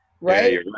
Right